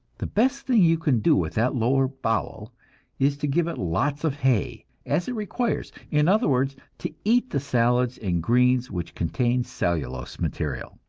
the best thing you can do with that lower bowel is to give it lots of hay, as it requires in other words, to eat the salads and greens which contain cellulose material.